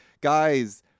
guys